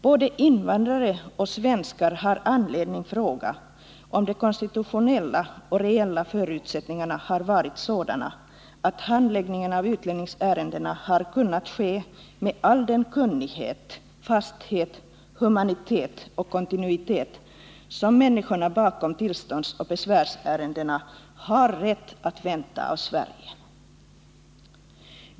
Både invandrare och svenskar har anledning att fråga om de konstitutionella och reella förutsättningarna har varit sådana att handläggningen av utlänningsärendena har kunnat ske med all den kunnighet, fasthet, humanitet och kontinuitet som de människor som tillståndsoch besvärsärendena gäller har rätt att vänta sig av Sverige.